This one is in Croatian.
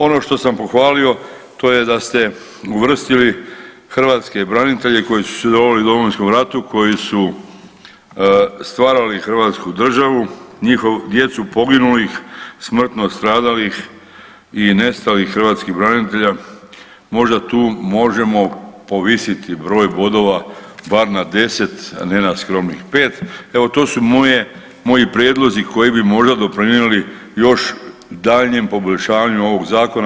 Ono što sam pohvalio to je da ste uvrstili hrvatske branitelje koji su sudjelovali u Domovinskom ratu, koji su stvarali hrvatsku državu, njihovu djecu poginulih smrtno stradalih i nestalih hrvatskih branitelja možda tu možemo povisiti broj bodova bar na 10 a ne na skromnih 5. Evo to su moji prijedlozi koji bi možda doprinijeli još daljnjem poboljšanju ovog zakona.